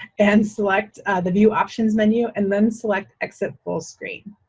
and select the view options menu, and then, select exit full screen.